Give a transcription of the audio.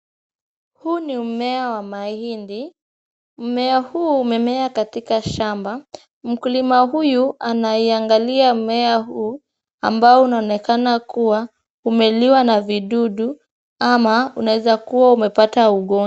Huu ni mmea wa mahindi. Mmea huu unamea katika shamba. Mkulima huyu anaiangalia mmea huu ambao unaonekana kuwa umeliwa na vidudu ama unaweza kuwa umepata ugonjwa.